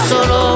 Solo